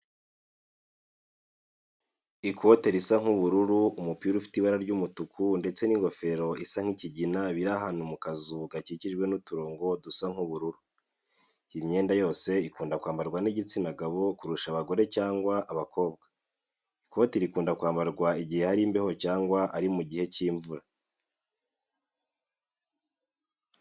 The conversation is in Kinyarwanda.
Ikote risa nk'ubururu, umupira ufite ibara ry'umutuku ndetse n'ingofero isa nk'ikigina biri ahantu mu kazu gakikijwe n'uturongo dusa nk'ubururu. Iyi myenda yose ikunda kwambarwa n'igitsina gabo kurusha abagore cyangwa abakobwa. Ikote rikunda kwambarwa igihe hari imbeho cyangwa ari mu gihe cy'imvura